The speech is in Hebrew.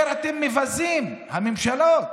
אתם מבזים, הממשלות,